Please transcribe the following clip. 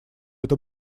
это